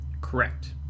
correct